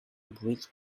bridge